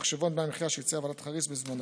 במחשבון דמי המחיה שהציעה ועדת חריס בזמנו.